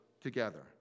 together